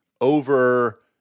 over